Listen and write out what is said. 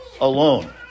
alone